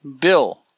Bill